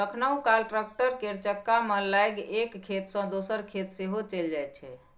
कखनहुँ काल टैक्टर केर चक्कामे लागि एक खेत सँ दोसर खेत सेहो चलि जाइ छै